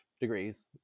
degrees